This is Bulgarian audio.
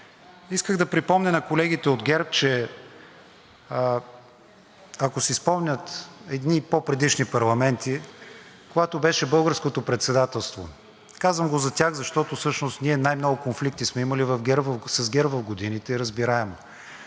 Исках да припомня на колегите от ГЕРБ, че ако си спомнят едни по-предишни парламенти, когато беше Българското председателство – казвам го за тях, защото всъщност ние най-много конфликти сме имали с ГЕРБ в годините и е разбираемо